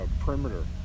perimeter